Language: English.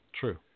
True